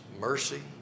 mercy